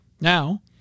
Now